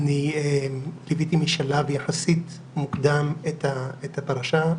ליוויתי משלב יחסית מוקדם את הפרשה.